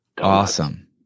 Awesome